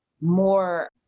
more